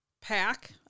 pack